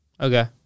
Okay